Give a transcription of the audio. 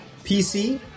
PC